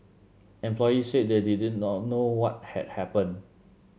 employees said they did not know what had happened